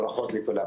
ענו.